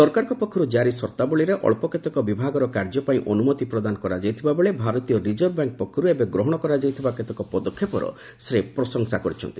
ସରକାରଙ୍କ ପକ୍ଷରୁ ଜାରି ସର୍ତ୍ତାବଳୀରେ ଅଳ୍ପ କେତେକ ବିଭାଗର କାର୍ଯ୍ୟ ପାଇଁ ଅନୁମତି ପ୍ରଦାନ କରାଯାଇଥିଲାବେଳେ ଭାରତୀୟ ରିଜର୍ଭ ବ୍ୟାଙ୍କ ପକ୍ଷରୁ ଏବେ ଗ୍ରହଣ କରାଯାଇଥିବା କେତେକ ପଦକ୍ଷେପର ସେ ପ୍ରଶ ସା କରିଛନ୍ତି